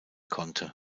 konnte